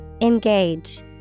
Engage